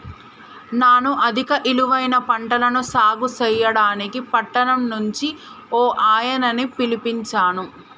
నాను అధిక ఇలువైన పంటలను సాగు సెయ్యడానికి పట్టణం నుంచి ఓ ఆయనని పిలిపించాను